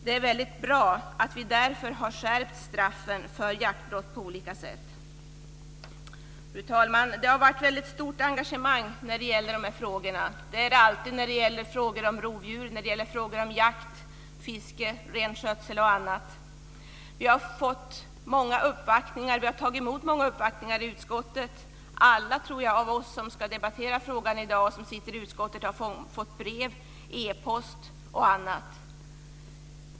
Det är bra att vi därför på olika sätt har skärpt straffen. Fru talman! Engagemanget i dessa frågor har varit väldigt stort. Det är det alltid när det gäller rovdjur, jakt, fiske, renskötsel och annat. Utskottet har tagit emot många uppvaktningar. Jag tror att alla av oss i utskottet som ska debattera frågan i dag har fått brev och e-post.